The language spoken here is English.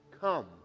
come